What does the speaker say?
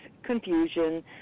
confusion